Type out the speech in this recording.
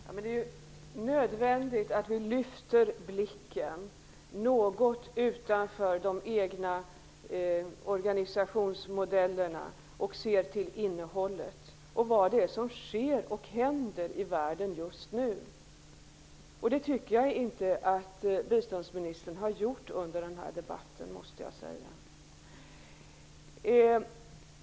Fru talman! Det är nödvändigt att vi lyfter blicken något utanför de egna organisationsmodellerna och ser till innehållet och vad det är som händer i världen just nu. Det tycker jag inte att biståndsministern har gjort under denna debatt.